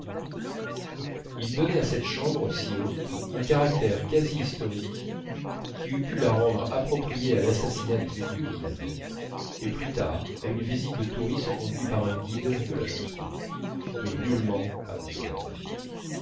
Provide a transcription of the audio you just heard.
ils donnaient à cette chambre si haute un caractère quasi historique qui eût pu la rendre appropriée à l'assassinat du duc de guise et plus tard à une visite de touristes conduits par un guide de l'agence cook mais nullement à mon sommeil